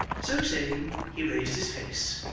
so saying, he raised his face,